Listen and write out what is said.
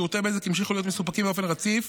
שירותי בזק המשיכו להיות מסופקים באופן רציף